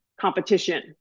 competition